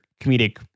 comedic